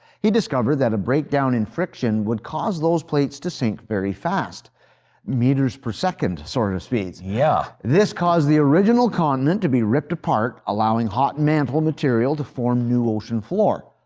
he discovered that a breakdown in friction would cause those plates to sink very fast meters per second sorts sort of speeds. yeah this caused the original continent to be ripped apart, allowing hot mantle material to form new ocean floor.